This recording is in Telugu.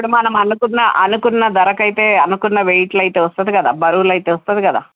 ఇప్పుడు మనం అనుకున్న అనుకున్న ధరకైతే అనుకున్న వెయిట్లయితే వస్తుంది కదా బరువులయితే వస్తుంది కదా